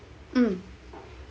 mm